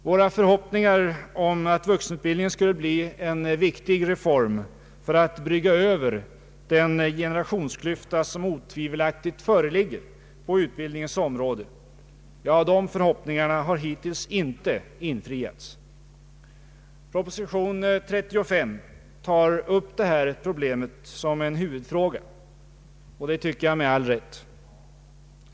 Våra förhoppningar om att vuxenutbildningen skulle bli en viktig reform för att brygga över den generationsklyfta som otvivelaktigt föreligger på utbildningens område har hittills inte infriats. Proposition nr 35 tar upp det här problemet som en huvudfråga, och med all rätt.